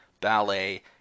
ballet